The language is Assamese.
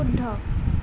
শুদ্ধ